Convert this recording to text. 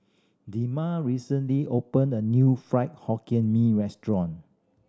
Dema recently opened a new Fried Hokkien Mee restaurant